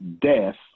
Death